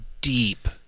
deep